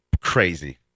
crazy